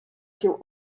cię